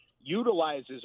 utilizes